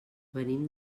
venim